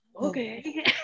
okay